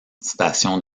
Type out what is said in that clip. stations